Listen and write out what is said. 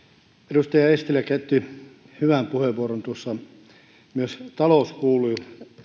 edustaja eestilä käytti hyvän puheenvuoron jossa myös talous kuului